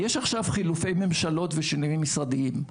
יש עכשיו חילופי ממשלות ושינויים משרדיים.